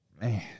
man